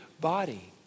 body